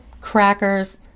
crackers